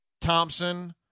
Thompson